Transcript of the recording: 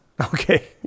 okay